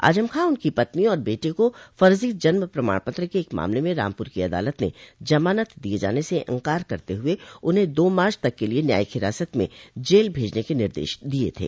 आजम खां उनकी पत्नी और बेटे को फर्जी जन्म प्रमाण पत्र के एक मामले में रामपूर को अदालत ने जमानत दिये जाने से इंकार करते हुए उन्हें दो मार्च तक के लिये न्यायिक हिरासत में जेल भेजने के निर्देश दिये थे